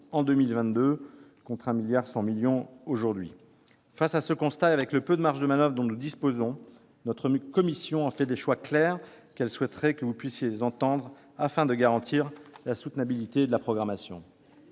à 526 millions d'euros en 2022. Face à ce constat, et avec le peu de marges de manoeuvre dont nous disposons, notre commission a fait des choix clairs. Elle souhaiterait que vous puissiez les entendre, afin de garantir la soutenabilité de la programmation.